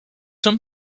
some